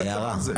בבקשה, הערה.